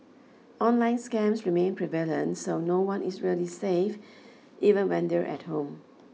online scams remain prevalent so no one is really safe even when they're at home